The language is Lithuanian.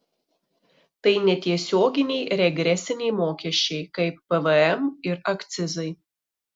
tai netiesioginiai regresiniai mokesčiai kaip pvm ir akcizai